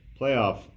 playoff